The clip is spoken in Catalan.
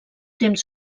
temps